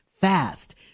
fast